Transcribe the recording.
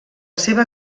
seva